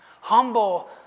Humble